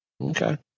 okay